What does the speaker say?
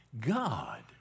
God